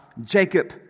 Jacob